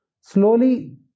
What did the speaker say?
slowly